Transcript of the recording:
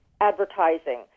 advertising